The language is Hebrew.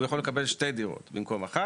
הוא יכול לקבל שתי דירות במקום אחת,